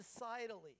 societally